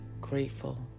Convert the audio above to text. grateful